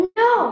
no